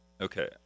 Okay